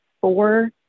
four